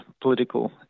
political